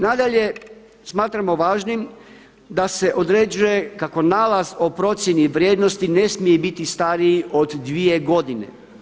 Nadalje smatramo važnim da se određuje kako nalaz o procjeni vrijednosti ne smije biti stariji od dvije godine.